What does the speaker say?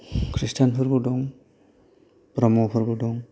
ख्रिष्टियानफोरबो दं ब्रह्मफोरबो दं